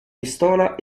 pistola